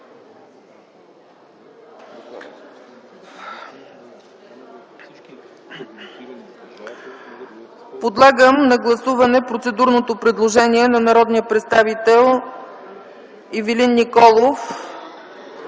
Подлагам на гласуване процедурното предложение на народния представител Ивелин Николов